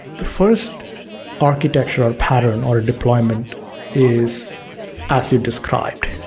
the first architectural pattern or deployment is as you described,